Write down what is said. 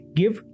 give